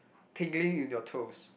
tingling in your toes